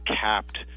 capped